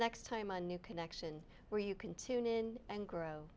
next time a new connection where you can tune in and grow